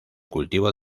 cultivo